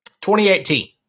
2018